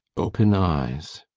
open eyes.